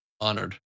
Honored